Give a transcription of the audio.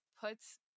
puts